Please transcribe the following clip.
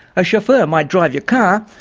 a chauffeur might drive your car,